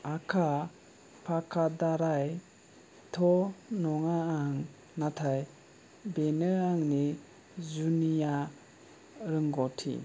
आखा फाखाद्रायथ' नङा आं नाथाय बेनो आंनि जुनिया रोंगौथि